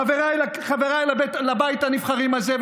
חבריי לבית הנבחרים הזה,